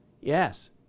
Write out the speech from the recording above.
Yes